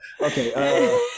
Okay